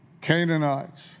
Canaanites